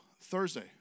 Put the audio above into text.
Thursday